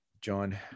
john